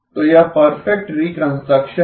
तो यह perfect reconstruction है